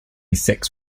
six